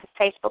Facebook